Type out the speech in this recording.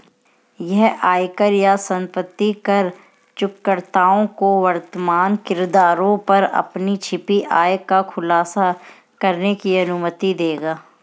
यह आयकर या संपत्ति कर चूककर्ताओं को वर्तमान करदरों पर अपनी छिपी आय का खुलासा करने की अनुमति देगा